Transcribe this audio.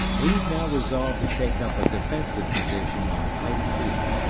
meade now resolved to take up a defensive position on pipe creek.